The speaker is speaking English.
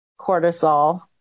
cortisol